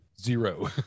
zero